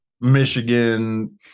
Michigan